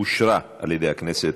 אושרה על ידי הכנסת.